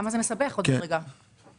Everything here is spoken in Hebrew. למה עוד מדרגה מסבכת אתכם?